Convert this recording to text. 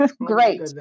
Great